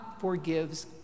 forgives